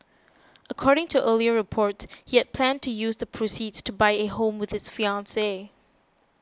according to earlier reports he had planned to use the proceeds to buy a home with his fiancee